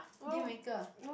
deal maker